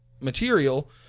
material